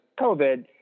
covid